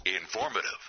Informative